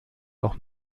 auch